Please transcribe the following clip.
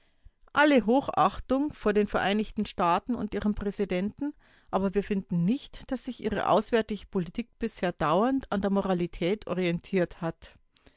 alle hochachtung vor den vereinigten staaten und ihrem präsidenten aber wir finden nicht daß sich ihre auswärtige politik bisher dauernd an der moralität orientiert hat